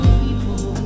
people